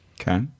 Okay